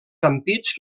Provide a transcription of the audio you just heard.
ampits